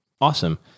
Awesome